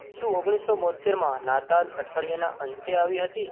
શું ઓગણીસ સો બોંતેરમાં નાતાલ અઠવાડિયાના અંતે આવી હતી